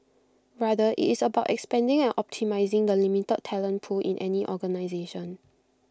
rather IT is about expanding and optimising the limited talent pool in any organisation